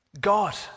God